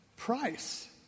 Price